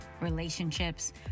relationships